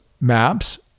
maps